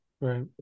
Right